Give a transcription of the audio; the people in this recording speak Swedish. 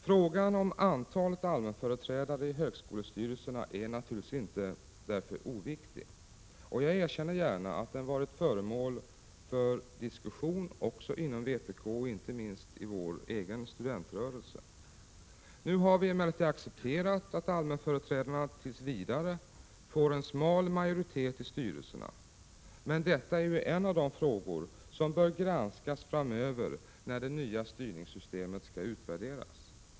Frågan om antalet allmänföreträdare i högskolestyrelserna är naturligtvis inte oviktig. Jag erkänner gärna att den varit föremål för diskussion också inom vpk, inte minst i vår egen studentrörelse. Nu har vi emellertid accepterat att allmänföreträdarna tills vidare får en smal majoritet i styrelserna, men detta är en av de frågor som bör granskas framöver, när det nya styrningssystemet skall utvärderas.